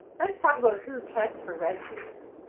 let's talk about who tests for residues.